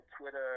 Twitter